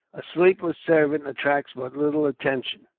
a sleepless servant attracts but little attention.